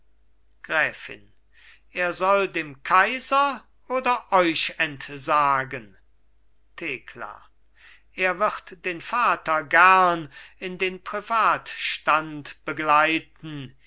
gräfin er soll dem kaiser oder euch entsagen thekla er wird den vater gern in den privatstand begleiten